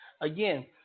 again